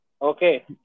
Okay